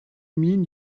mean